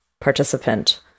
participant